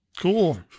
cool